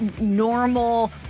normal